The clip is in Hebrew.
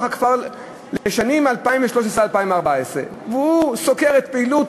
הכפר לשנים 2013 2014 וסוקר את פעילות